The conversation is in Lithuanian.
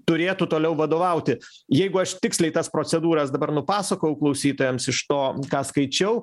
turėtų toliau vadovauti jeigu aš tiksliai tas procedūras dabar nupasakojau klausytojams iš to ką skaičiau